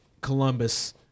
Columbus